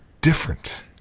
different